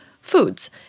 foods